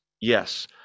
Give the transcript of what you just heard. yes